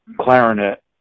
clarinet